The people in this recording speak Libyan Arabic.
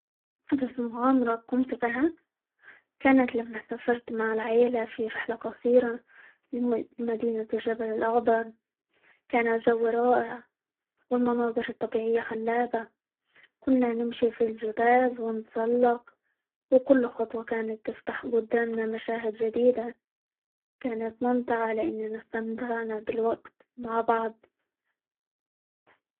أحدث مغامرة قمت بها كانت لما سافرت مع العيلة في رحلة قصيرة -لم- لمدينة الجبل الأخضر، كان الجو رائع، والمناظر الطبيعية خلابة، كنا نمشي في الجبال، ونتسلق، وكل خطوة كانت تفتح قدامنا مشاهد جديدة، كانت ممتعة؛ لإننا استمتعنا بالوقت مع بعض.